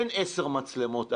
אין עשר מצלמות,